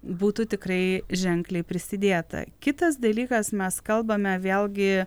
būtų tikrai ženkliai prisidėta kitas dalykas mes kalbame vėlgi